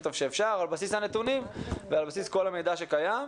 טוב שאפשר על בסיס הנתונים ועל בסיס כל המידע שקיים.